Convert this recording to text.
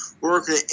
working